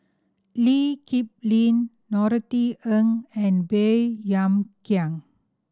Lee Kip Lin Norothy Ng and Baey Yam Keng